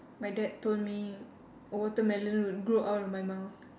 my dad told me a watermelon would grow out of my mouth